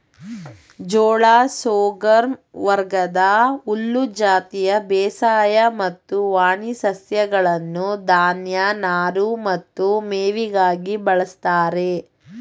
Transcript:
ಜೋಳ ಸೋರ್ಗಮ್ ವರ್ಗದ ಹುಲ್ಲು ಜಾತಿಯ ಬೇಸಾಯ ಮತ್ತು ವಾಣಿ ಸಸ್ಯಗಳನ್ನು ಧಾನ್ಯ ನಾರು ಮತ್ತು ಮೇವಿಗಾಗಿ ಬಳಸ್ತಾರೆ